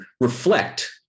reflect